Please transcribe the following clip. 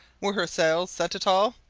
were her sails set at all?